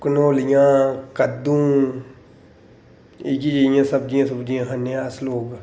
कनोह्लियां कद्दू इ'यै जेइयां सब्जियां खन्ने आं अस लोक